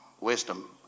wisdom